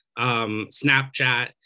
Snapchat